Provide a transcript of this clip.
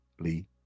Lee